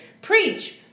Preach